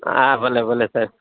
હા ભલે ભલે સર